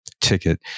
ticket